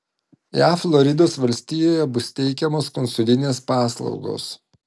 jav floridos valstijoje bus teikiamos konsulinės paslaugos